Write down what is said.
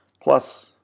plus